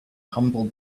humble